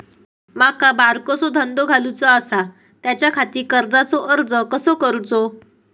माका बारकोसो धंदो घालुचो आसा त्याच्याखाती कर्जाचो अर्ज कसो करूचो?